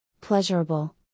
pleasurable